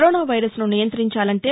corona వైరస్ను నియంతించాలంటే